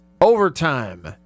Overtime